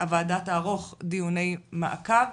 הוועדה תערוך דיוני מעקב.